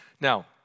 Now